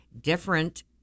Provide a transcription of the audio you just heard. different